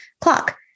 clock